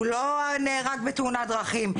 הוא לא נהרג בתאונת דרכים.